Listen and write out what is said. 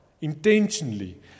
intentionally